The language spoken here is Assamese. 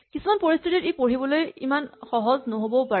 কিছুমান পৰিস্হিতিত ই পঢ়িবলৈ ইমান সহজ নহ'বও পাৰে